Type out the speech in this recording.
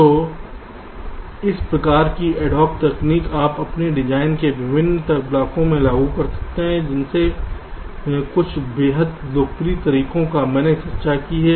तो इस प्रकार की एडहॉक तकनीकें आप अपने डिजाइन के विभिन्न ब्लॉकों में लगा सकते हैं जिनमें से कुछ बेहद लोकप्रिय तरीकों का मैंने चर्चा की है